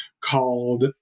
called